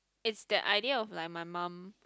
is that idea of like my mum